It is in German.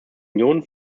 union